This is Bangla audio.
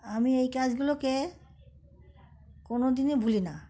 আমি এই কাজগুলোকে কোনো দিনই ভুলি না